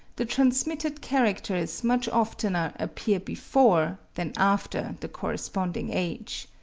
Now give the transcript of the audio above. the transmitted characters much oftener appear before, than after the corresponding age.